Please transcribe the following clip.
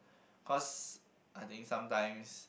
cause I think sometimes